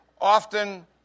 often